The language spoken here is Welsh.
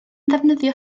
ddefnyddio